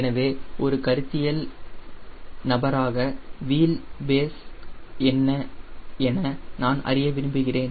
எனவே ஒரு கருத்தியல் நபராக வீல் பேஸ் என்னவென நான் அறிய விரும்புகிறேன்